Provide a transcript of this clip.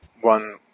one